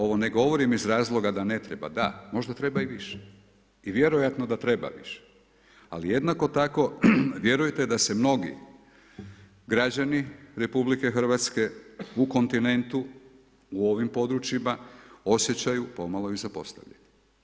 Ovo ne govorim iz razloga da ne treba, da, možda treba i više i vjerojatno da treba više, ali jednako tako, vjerujte da se mnogi građani RH u kontinentu, u ovim područjima, osjećaju pomalo i zapostavljenima.